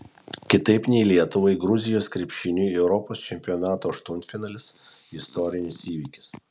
kitaip nei lietuvai gruzijos krepšiniui europos čempionato aštuntfinalis istorinis įvykis